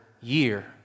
year